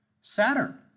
Saturn